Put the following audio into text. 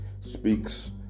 speaks